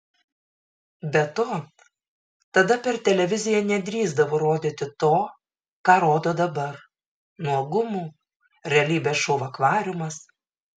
be to tada per televiziją nedrįsdavo rodyti to ką rodo dabar nuogumų realybės šou akvariumas